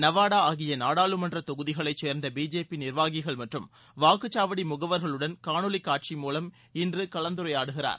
நவாடா ஆகிய நாடாளுமன்ற தொகுதிகளைச் சேர்ந்த பிஜேபி நிர்வாகிகள் மற்றும் வாக்குச்சாவடி முகவர்களுடன் காணொலிக்கட்சி மூலம் இன்று கலந்துரையாடுகிறார்